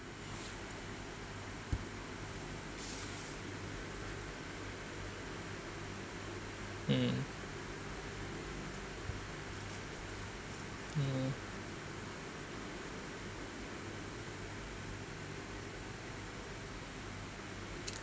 in